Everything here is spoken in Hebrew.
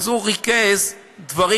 הוא ריכז דברים